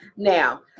Now